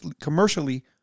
commercially